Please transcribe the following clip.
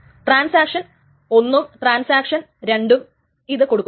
transaction ഒന്നും transaction 2 ഉം ഇത് കൊടുക്കുന്നു